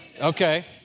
Okay